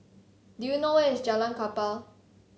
do you know where is Jalan Kapal